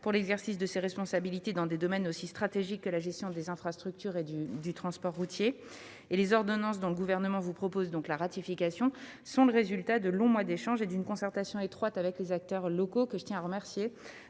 pour l'exercice de ses responsabilités dans des domaines aussi stratégiques que la gestion des infrastructures et le transport routier. Les ordonnances dont le Gouvernement vous propose la ratification sont le résultat de longs mois d'échanges et d'une concertation étroite avec les acteurs locaux, que je tiens à remercier.